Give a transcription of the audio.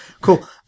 Cool